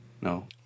No